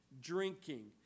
drinking